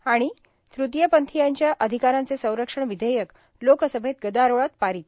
आणि तृतीयपंथीयांच्या अधिकारांचे संरक्षण विधेयक लोकसभेत गदारोळात पारित